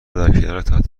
درکنارتخت